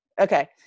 okay